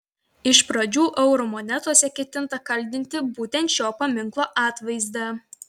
iš pradžių eurų monetose ketinta kaldinti būtent šio paminklo atvaizdą